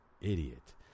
idiot